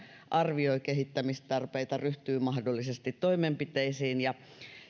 arvioi kehittämistarpeita ryhtyy mahdollisesti toimenpiteisiin